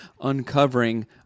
uncovering